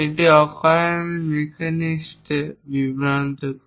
এটি অকারণে মেকানিস্টকে বিভ্রান্ত করে